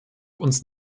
uns